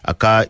Aka